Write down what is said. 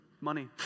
money